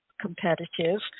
competitive